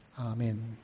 Amen